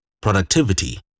productivity